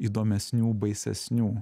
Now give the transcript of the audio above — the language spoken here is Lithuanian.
įdomesnių baisesnių